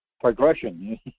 progression